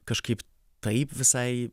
kažkaip taip visai